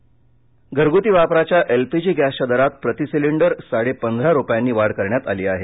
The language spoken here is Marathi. एलपीजी घरगृती वापराच्या एलपीजी गॅसच्या दरात प्रती सिलिंडर साडे पंधरा रुपयांनी वाढ करण्यात आली आहे